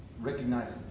recognize